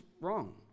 wrong